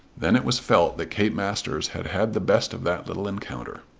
then it was felt that kate masters had had the best of that little encounter.